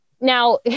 Now